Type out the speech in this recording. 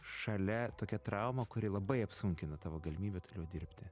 šalia tokia trauma kuri labai apsunkina tavo galimybė toliau dirbti